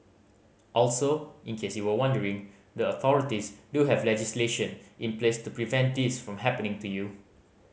also in case you were wondering the authorities do have legislation in place to prevent this from happening to you